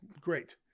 Great